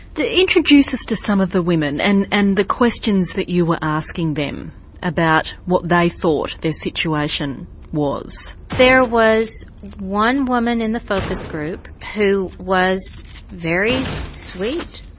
introduce us to some of the women and and the questions that you were asking them about what they thought their situation was. there was one woman in the focus group who was very sweet,